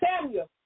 Samuel